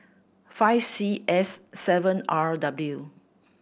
five C S seven R W